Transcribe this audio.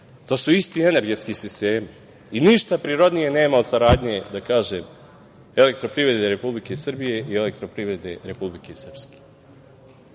To su isti energetski sistemi. Ništa prirodnije nema od saradnje Elektroprivrede Republike Srbije i Elektroprivrede Republike Srpske.